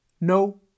No